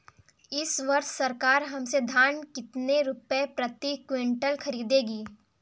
इस वर्ष सरकार हमसे धान कितने रुपए प्रति क्विंटल खरीदेगी?